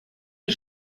die